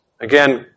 Again